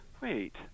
wait